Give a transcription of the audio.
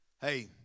hey